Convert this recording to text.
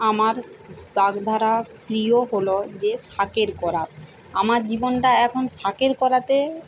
আমার বাগধারা প্রিয় হলো যে শাঁখের করাত আমার জীবনটা এখন শাঁখের করাতের